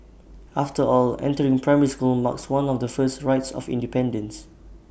after all entering primary school marks one of the first rites of independence